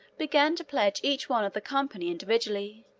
began to pledge each one of the company individually.